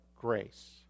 grace